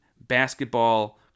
basketball